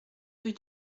rue